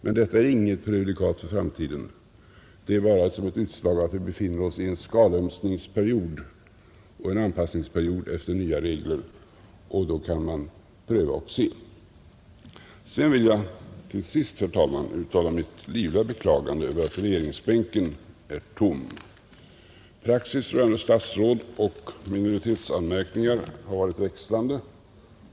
Men detta är inget prejudikat för framtiden — det är bara ett utslag av att vi befinner oss i en skalömsningsperiod och en period av anpassning efter nya regler, och då kan man pröva och se, Allra sist vill jag, herr talman, uttala mitt livliga beklagande över att regeringsbänken är tom. Praxis för statsråd vid minoritetsanmärkningar har varit växlande.